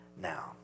now